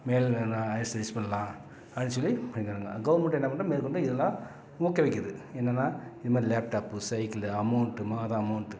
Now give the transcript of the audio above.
மேலே வேண்ணால் higher studies பண்ணலான் அப்படின் சொல்லி பண்றாங்க கவர்மெண்ட் என்ன பண்ணுதுன்னால் மேற்கொண்டு இதெல்லாம் ஊக்குவிக்கிறது என்னென்னால் இதுமாதிரி லேப்டாப்பு சைக்கில் அமௌண்ட்டு மாத அமௌண்ட்டு